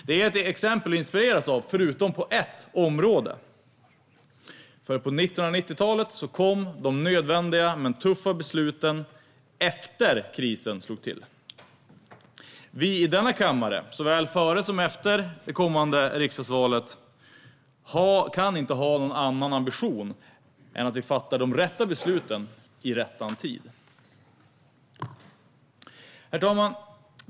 Det är ett exempel att inspireras av förutom på ett område. På 1990-talet kom de nödvändiga men tuffa besluten efter det att krisen slog till. Vi i denna kammare, såväl före som efter det kommande riksdagsvalet, kan inte ha någon annan ambition än att fatta de rätta besluten i rättan tid. Herr talman!